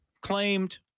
claimed